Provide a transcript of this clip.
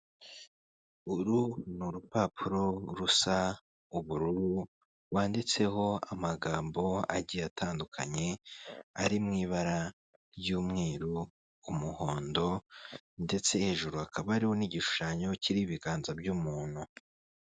Uru ni urupapuro rusa ubururu rwanditseho amagambo agiye atandukanye, ari mu ibara ry'umweru, umuhondo, ndetse hejuru hakaba hariho n'igishushanyo kiriho ibiganza by'umuntu.